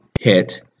hit